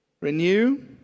Renew